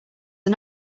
are